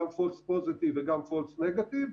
גם false positive וגם false negative.